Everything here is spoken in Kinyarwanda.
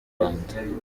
rwanda